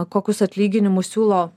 kokius atlyginimus siūlo